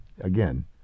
Again